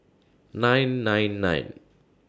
nine nine nine